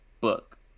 book